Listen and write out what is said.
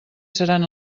seran